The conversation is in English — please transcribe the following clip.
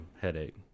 headache